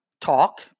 Talk